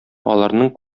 аларның